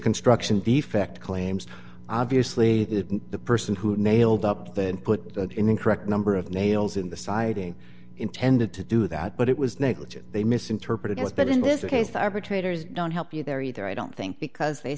construction defect claims obviously that the person who nailed up then put in correct number of nails in the siding intended to do that but it was negligent they misinterpreted it was but in this case the arbitrator's don't help you there either i don't think because they